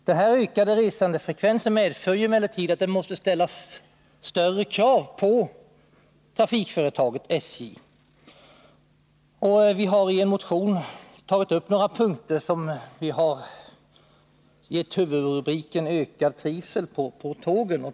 Den ökade resandefrekvensen medför emellertid att det måste ställas större krav på trafikföretaget, SJ, och vi har i en motion tagit upp några punkter som vi har givit huvudrubriken ”Ökad trivsel på tågen”.